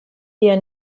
dir